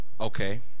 Okay